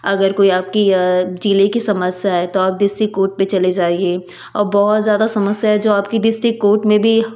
अगर कोई आपकी जिले की समस्या है तो आप डिस्टिक कोर्ट पे चले जाइए और बहुत ज़्यादा समस्या है जो आपकी डिस्टिक कोर्ट में भी